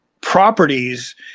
properties